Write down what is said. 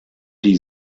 die